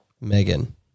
Megan